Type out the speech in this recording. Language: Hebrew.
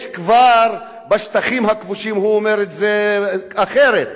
יש כבר בשטחים הכבושים, הוא אומר את זה אחרת,